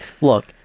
Look